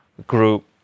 group